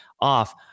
off